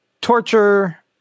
torture